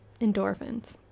endorphins